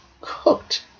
cooked